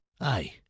Aye